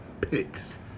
picks